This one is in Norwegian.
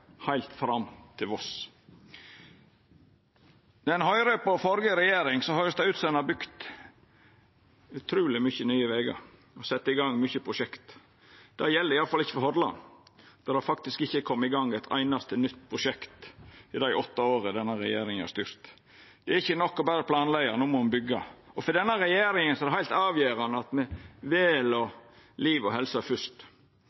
heilt fram til Voss. Når ein høyrer på den førre regjeringa, høyrest det ut som ein har bygd utroleg mykje nye vegar og har sett i gang mange prosjekt. Det gjeld i alle fall ikkje for Hordaland, der det faktisk ikkje er kome i gang eit einaste nytt prosjekt i dei åtte åra den regjeringa har styrt. Det er ikkje nok berre å planleggja, no må ein byggja. For denne regjeringa er det heilt avgjerande at me vel